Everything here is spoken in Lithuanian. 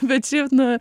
bet šiaip na